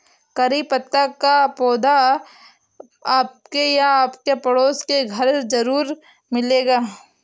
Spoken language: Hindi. करी पत्ता का पौधा आपके या आपके पड़ोसी के घर ज़रूर मिलेगा